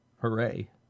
Hooray